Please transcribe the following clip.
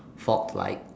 fork like